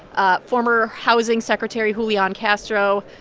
ah former housing secretary julian castro